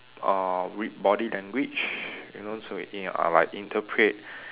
uh with body language you know so in~ uh like interpret